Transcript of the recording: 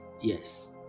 yes